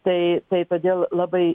tai tai todėl labai